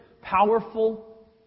powerful